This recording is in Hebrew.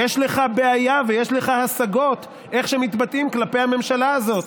יש לך בעיה ויש לך השגות על איך שמתבטאים כלפי הממשלה הזאת,